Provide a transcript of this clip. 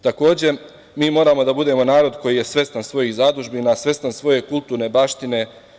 Takođe, mi moramo da budemo narod koji je svestan svojih zadužbina, svestan svoje kulturne baštine.